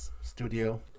studio